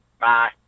Bye